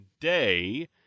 today